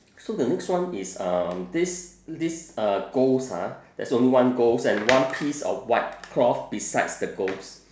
so the next one is um this this uh ghost ah there's only one ghost and one piece of white cloth besides the ghost